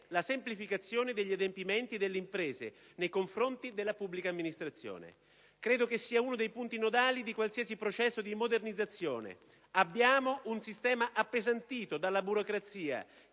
la semplificazione degli adempimenti delle imprese nei confronti della pubblica amministrazione, che credo sia uno dei punti nodali di qualsiasi processo di modernizzazione. Abbiamo infatti un sistema appesantito dalla burocrazia